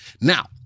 Now